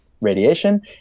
radiation